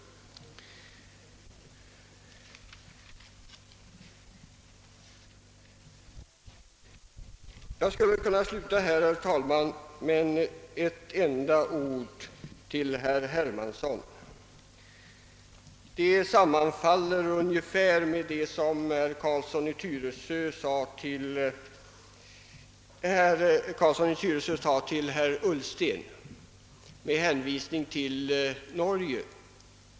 Jag skulle kunna sluta här, herr talman, men jag vill säga ett par ord till herr Hermansson, Det är ungefär detsamma som herr Carlsson i Tyresö sade till herr Ullsten med hänvisning till Norge.